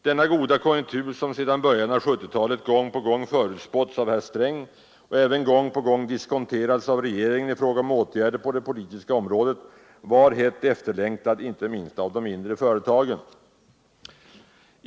Denna goda konjunktur, som sedan början på 1970-talet gång på gång förutspåtts av herr Sträng och likaså gång på gång diskonterats av regeringen med åtgärder på det politiska området, var hett efterlängtad, inte minst av de mindre företagen.